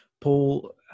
Paul